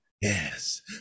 Yes